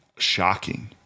shocking